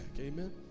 Amen